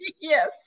yes